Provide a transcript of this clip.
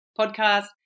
podcast